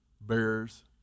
bears